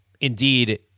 indeed